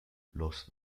los